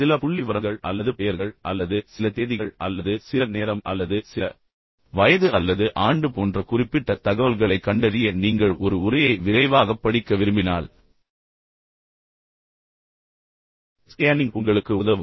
சில புள்ளிவிவரங்கள் அல்லது பெயர்கள் அல்லது சில தேதிகள் அல்லது சில நேரம் அல்லது சில வயது அல்லது ஆண்டு போன்ற குறிப்பிட்ட தகவல்களைக் கண்டறிய நீங்கள் ஒரு உரையை விரைவாகப் படிக்க விரும்பினால் ஸ்கேனிங் உங்களுக்கு உதவும்